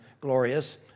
glorious